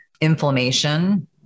inflammation